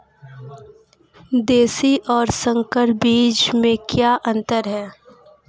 देशी और संकर बीज में क्या अंतर है?